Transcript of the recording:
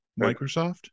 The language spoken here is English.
Microsoft